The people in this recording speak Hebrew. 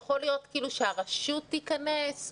יכול להיות שהרשות המקומית תיקנס?